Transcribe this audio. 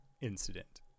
incident